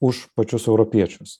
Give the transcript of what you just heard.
už pačius europiečius